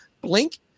blink